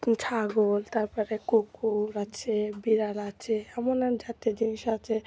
ছাগল তার পরে কুকুর আছে বিড়াল আছে এমন এমন জাতীয় জিনিস আছে